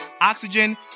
Oxygen